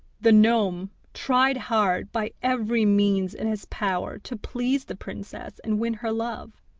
the gnome tried hard by every means in his power to please the princess and win her love,